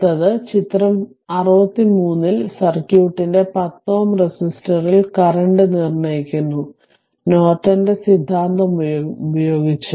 അടുത്തത്ചിത്രം 63 ൽ സർക്യൂട്ടിന്റെ 10 Ω റെസിസ്റ്ററിൽ കറന്റ് നിർണ്ണയിക്കുന്നു നോർട്ടന്റെ സിദ്ധാന്തം ഉപയോഗിച്ച്